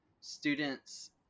students